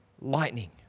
lightning